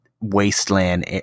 wasteland